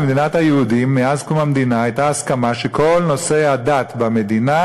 במדינת היהודים מאז קום המדינה הייתה הסכמה שכל נושא הדת במדינה